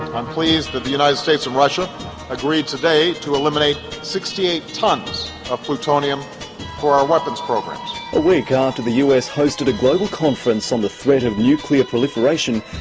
pleased that the united states and russia agreed today to eliminate sixty eight tons of plutonium for our weapons program. a week after the us hosted a global conference on the threat of nuclear proliferation,